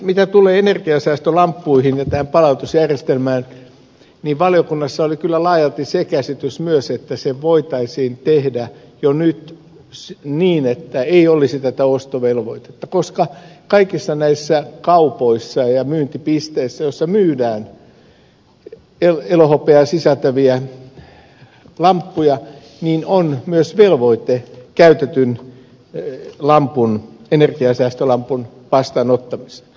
mitä tulee energiansäästölamppuihin ja niiden palautusjärjestelmään niin valiokunnassa oli kyllä laajalti myös se käsitys että se voitaisiin tehdä jo nyt niin että ei olisi tätä ostovelvoitetta koska kaikissa kaupoissa ja myyntipisteissä joissa myydään elohopeaa sisältäviä lamppuja on myös velvoite käytetyn energiansäästölampun vastaanottamiseen